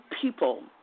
people